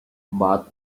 but